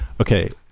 okay